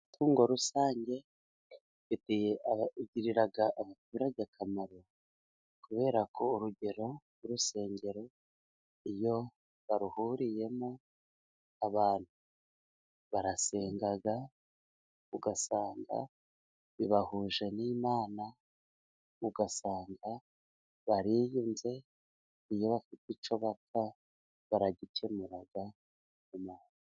Imitungo rusange ifitiye igirira abaturage akamaro kuberako urugero nk' urusengero iyo baruhuriyemo abantu barasenga ,ugasanga bibahuje n'Imana ,ugasanga bariyunze iyo bafite icyo bapfa baragikemura mu mahoro.